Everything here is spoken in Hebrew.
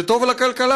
זה טוב לכלכלה,